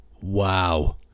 Wow